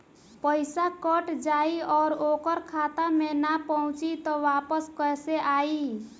पईसा कट जाई और ओकर खाता मे ना पहुंची त वापस कैसे आई?